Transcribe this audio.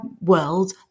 world